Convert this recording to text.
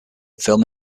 film